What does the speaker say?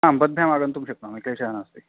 आं पद्भ्यामागन्तुं शक्नोमि क्लेशः नास्ति